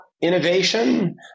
innovation